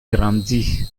grandit